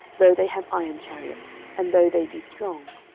though they have iron chariots, and though they be strong.